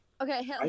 Okay